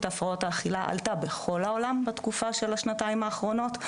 הפרעות האכילה עלתה בכל העולם בתקופה של השנתיים האחרונות,